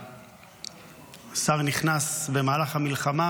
השר נכנס במהלך המלחמה,